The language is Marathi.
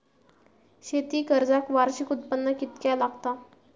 शेती कर्जाक वार्षिक उत्पन्न कितक्या लागता?